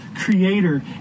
creator